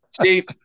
See